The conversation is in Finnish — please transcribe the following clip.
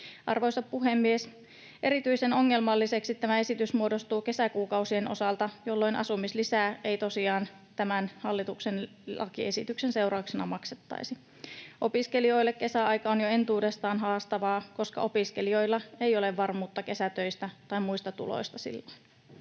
Arvoisa puhemies! Erityisen ongelmalliseksi tämä esitys muodostuu kesäkuukausien osalta, jolloin asumislisää ei tosiaan tämän hallituksen lakiesityksen seurauksena maksettaisi. Opiskelijoille kesäaika on jo entuudestaan haastavaa, koska silloin opiskelijoilla ei ole varmuutta kesätöistä tai muista tuloista.